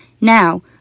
Now